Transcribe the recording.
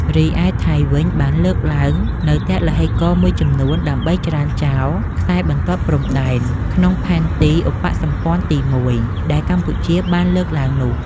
រីឯថៃវិញ បានលើកឡើងនូវទឡ្ហីករណ៍មួយចំនួនដើម្បីច្រានចោលខ្សែបន្ទាត់ព្រំដែន ក្នុងផែនទីឧបសម្ព័ន្ធទី១ ដែលកម្ពុជាបានលើកឡើងនោះ។